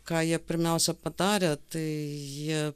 ką jie pirmiausia padarė tai jie